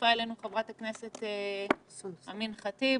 הצטרפה אלינו חברת הכנסת אימאן ח'טיב